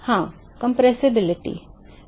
हाँ संपीड्यता